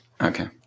okay